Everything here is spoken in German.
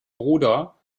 bruder